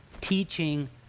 Teaching